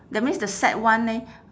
that means the sad one eh